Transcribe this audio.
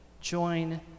join